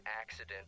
accident